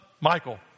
Michael